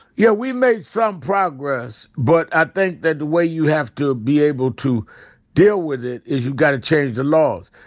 yeah. we made some progress. but i think that the way you have to be able to deal with it is you've gotta change the laws.